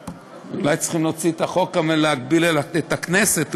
אולי צריכים להוציא את החוק ולהגביל את הכנסת בסגירה,